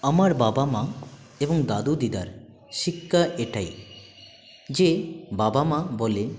আমার বাবা মা এবং দাদু দিদার শিক্ষা এটাই যে বাবা মা বলে